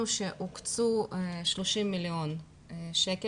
שבסופו של דבר הוקצו 30 מיליון שקלים